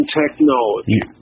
technology